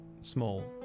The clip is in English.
small